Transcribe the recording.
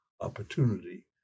opportunity